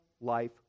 life